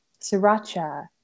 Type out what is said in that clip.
sriracha